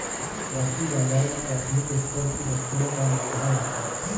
वस्तु बाजार में प्राथमिक स्तर की वस्तुओं का मोल भाव होता है